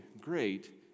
great